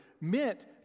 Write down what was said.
meant